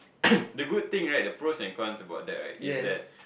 the good thing at the pros and cons about that right is that